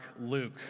Luke